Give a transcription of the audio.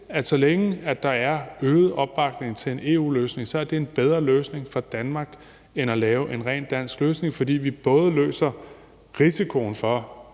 at så længe der er øget opbakning til en EU-løsning, er det en bedre løsning for Danmark end at lave en rent dansk løsning, fordi vi både løser risikoen for